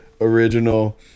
original